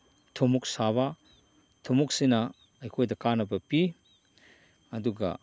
ꯊꯨꯝꯃꯣꯛ ꯁꯥꯕ ꯊꯨꯝꯃꯣꯛꯁꯤꯅ ꯑꯩꯈꯣꯏꯗ ꯀꯥꯟꯅꯕ ꯄꯤ ꯑꯗꯨꯒ